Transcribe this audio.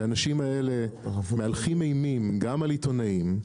שהאנשים האלה מהלכים אימים גם על עיתונאים.